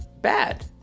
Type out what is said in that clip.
bad